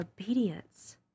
obedience